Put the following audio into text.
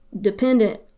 dependent